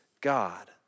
God